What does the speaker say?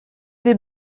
des